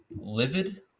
livid